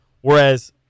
Whereas